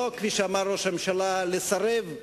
ולא כפי שאמר ראש הממשלה, לסרב.